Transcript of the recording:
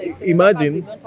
imagine